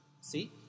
see